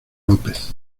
lópez